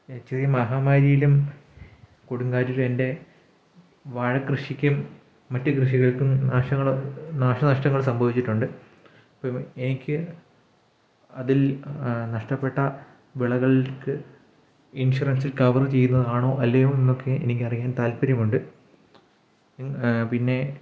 ചെറിയ മഹാമാരിയിലും കൊടുങ്കാറ്റിലും എൻ്റെ വാഴ കൃഷിക്കും മറ്റ് കൃഷികൾക്കും നാശങ്ങൾ നാശനഷ്ടങ്ങൾ സംഭവിച്ചിട്ടുണ്ട് ഇപ്പം എനിക്ക് അതിൽ നഷ്ടപ്പെട്ട വിളകൾക്ക് ഇൻഷുറൻസിൽ കവർ ചെയ്യുന്നതാണോ അല്ലയോ എന്നൊക്കെ എനിക്ക് അറിയാൻ താല്പര്യമുണ്ട് പിന്നെ